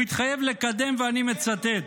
הוא התחייב לקדם, ואני מצטט